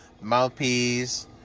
mouthpiece